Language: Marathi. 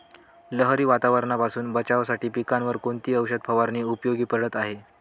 लहरी वातावरणापासून बचावासाठी पिकांवर कोणती औषध फवारणी उपयोगी पडत आहे?